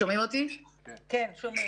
שלום,